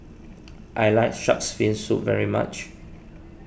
I like Shark's Fin Soup very much